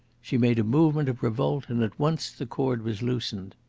she made a movement of revolt, and at once the cord was loosened.